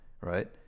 right